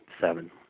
seven